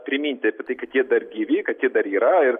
priminti apie tai kad jie dar gyvi kad jie dar yra ir